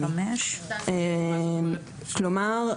כלומר,